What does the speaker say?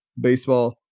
baseball